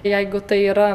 jeigu tai yra